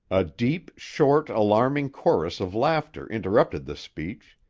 a deep, short, alarming chorus of laughter interrupted the speech.